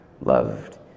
loved